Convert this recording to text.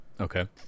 okay